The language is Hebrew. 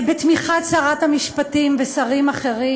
בתמיכת שרת המשפטים ושרים אחרים,